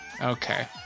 okay